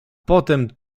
potem